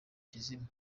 kizima